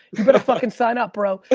you better fucking sign up, bro.